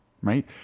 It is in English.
right